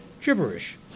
Gibberish